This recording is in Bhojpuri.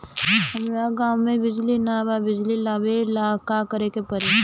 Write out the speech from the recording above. हमरा गॉव बिजली न बा बिजली लाबे ला का करे के पड़ी?